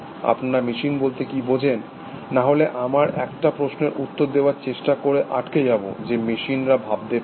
আপনারা মেশিন বলতে কি বোঝেন না হলে আমরা একটা প্রশ্নের উত্তর দেওয়ার চেষ্টা করে আটকে যাব যে মেশিনরা ভাবতে পারে